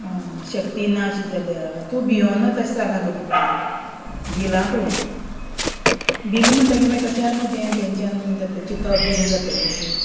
आं शक्ती ना शी जाल्या तूं भियोनू तशें जालां गो तुका तें बिलां तूं बील म्हणटगीर मागीर तशें जात न्हू तें टेंशन बीन जाता चिंतप बीन जातकीच